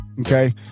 Okay